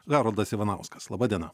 haroldas ivanauskas laba diena